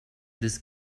this